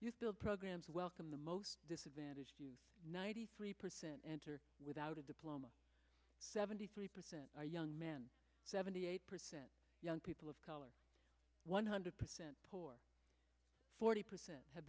build programs welcome the most disadvantaged ninety three percent enter without a diploma seventy three percent are young men seventy eight percent young people of color one hundred percent poor forty percent ha